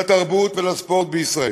לתרבות ולספורט בישראל.